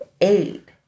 Eight